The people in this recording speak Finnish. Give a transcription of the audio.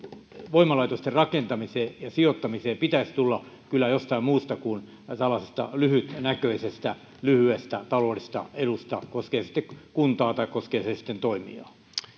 voimalaitosten rakentamiseen ja sijoittamiseen pitäisi tulla kyllä jostain muusta kuin tällaisesta lyhytnäköisestä lyhyestä taloudellisesta edusta koskee se sitten kuntaa tai koskee se sitten toimijaa